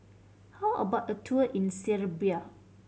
how about a tour in Serbia